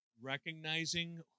recognizing